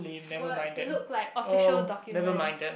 words they look like official documents